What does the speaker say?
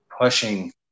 pushing